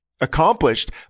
Accomplished